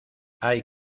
hay